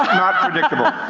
predictable.